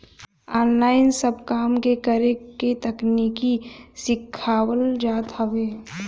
online सब काम के करे के तकनीकी सिखावल जात हवे